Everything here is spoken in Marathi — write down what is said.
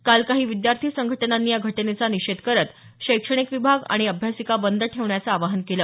काल काही विद्यार्थी संघटनांनी या घटनेचा निषेध करत शैक्षणिक विभाग आणि अभ्यासिका बंद ठेवण्याचं आवाहन केलं